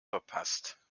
verpasst